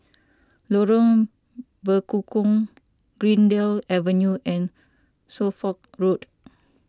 Lorong Bekukong Greendale Avenue and Suffolk Road